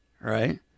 Right